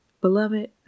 Beloved